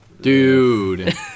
Dude